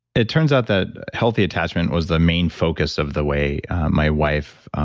it turns out that healthy attachment was the main focus of the way my wife,